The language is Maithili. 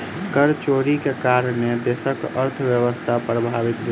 कर चोरी के कारणेँ देशक अर्थव्यवस्था प्रभावित भेल